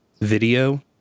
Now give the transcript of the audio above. video